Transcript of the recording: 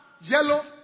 yellow